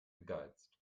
gegeizt